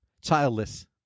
childless